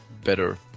better